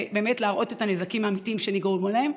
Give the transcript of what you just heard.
ובאמת להראות את הנזקים האמיתיים שנגרמו להם,